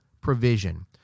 provision